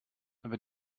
aber